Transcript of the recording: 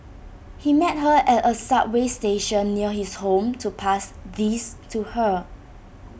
he met her at A subway station near his home to pass these to her